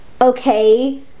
Okay